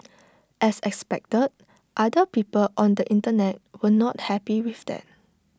as expected other people on the Internet were not happy with that